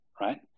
right